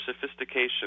sophistication